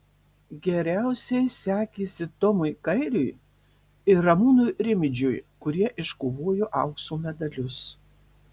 geriausiai sekėsi tomui kairiui ir ramūnui rimidžiui kurie iškovojo aukso medalius